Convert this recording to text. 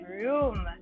room